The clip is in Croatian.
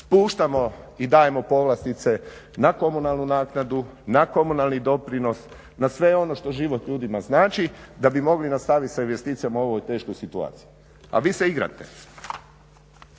Spuštamo i dajemo povlastice na komunalnu naknadu na komunalni doprinos na sve ono što život ljudima znači da bi mogli nastaviti s investicijama u ovoj teškoj situaciji. A vi se igrate.